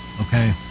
Okay